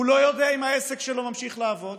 הוא לא יודע אם העסק שלו ממשיך לעבוד